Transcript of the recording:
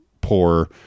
poor